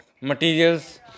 materials